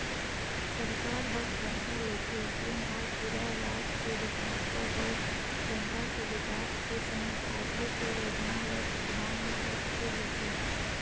सरकार ह करजा लेथे तेन हा पूरा राज के बिकास बर अउ जनता के बिकास के संग आघु के योजना ल धियान म रखके लेथे